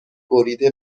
بریده